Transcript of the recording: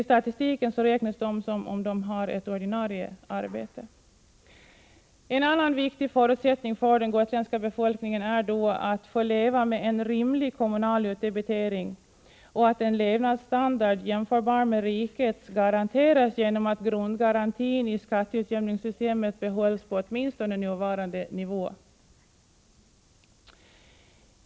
I statistiken räknas dessa ungdomar som om de haft ett ordinarie arbete. En annan viktig förutsättning för den gotländska befolkningen är att få leva med en rimlig kommunal utdebitering och att en levnadsstandard jämförbar med rikets garanteras genom att grundgarantin i skatteutjämningssystemet behålls på åtminstone nuvarande nivå.